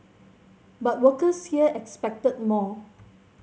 but workers here expected more